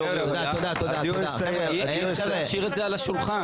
חבר'ה הדיון הבא אמור גם להיות קצת יותר טוב,